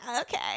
okay